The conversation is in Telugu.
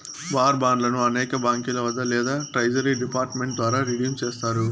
వార్ బాండ్లను అనేక బాంకీల వద్ద లేదా ట్రెజరీ డిపార్ట్ మెంట్ ద్వారా రిడీమ్ చేస్తారు